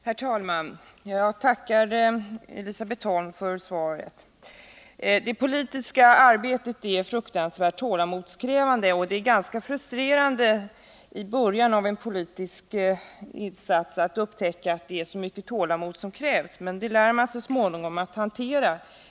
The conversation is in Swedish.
Herr talman! Jag tackar Elisabet Holm för svaret. Det politiska arbetet är fruktansvärt tålamodskrävande. Och det är ganska frustrerande i början av en politisk insats att upptäcka att det krävs så mycket tålamod, men det lär man sig så småningom att hantera.